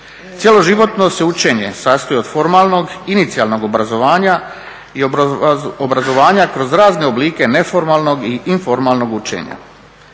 Cjeloživotno se učenje sastoji od formalnog inicijalnog obrazovanja i obrazovanja kroz razne oblike neformalnog i informalnog učenja.